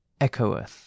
echoeth